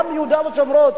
גם ביהודה ושומרון,